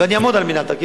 ואני אעמוד על מינהל תקין,